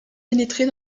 pénétrer